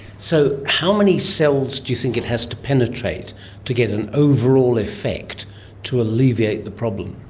so how many cells do you think it has to penetrate to get an overall effect to alleviate the problem?